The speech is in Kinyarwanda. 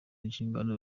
inshingano